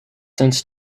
since